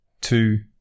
two